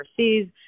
overseas